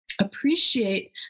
appreciate